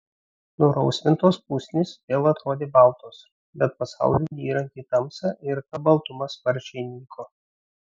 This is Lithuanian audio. nurausvintos pusnys vėl atrodė baltos bet pasauliui nyrant į tamsą ir ta baltuma sparčiai nyko